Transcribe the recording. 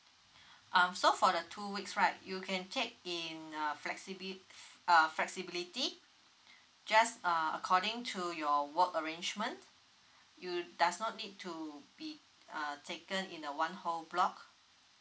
um so for the two weeks right you can take in uh flexibly uh flexibility just uh according to your work arrangement you does not need to be uh taken in a one whole block